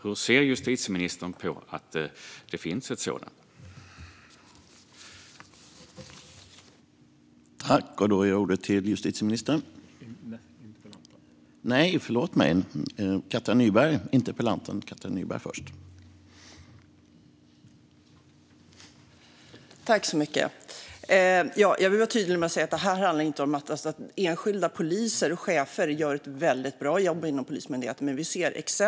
Anser justitieministern att det finns ett sådant behov?